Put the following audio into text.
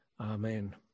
amen